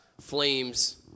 flames